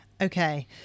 Okay